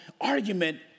argument